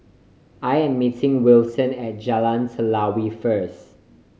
I am meeting Wilson at Jalan Telawi first